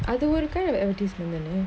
அது ஒரு:athu oru kind of advertisement தான:thaana